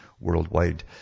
worldwide